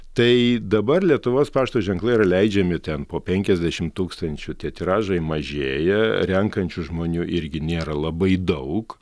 tai dabar lietuvos pašto ženklai yra leidžiami ten po penkiasdešimt tūkstančių tie tiražai mažėja renkančių žmonių irgi nėra labai daug